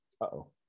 Uh-oh